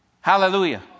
Hallelujah